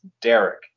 Derek